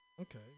Okay